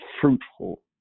fruitful